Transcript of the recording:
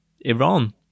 Iran